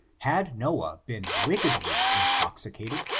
had noah been wickedly intoxicated,